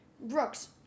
Brooks